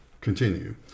continue